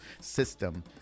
system